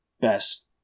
best